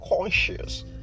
conscious